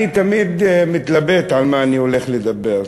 אני תמיד מתלבט על מה אני הולך לדבר.